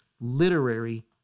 literary